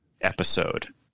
episode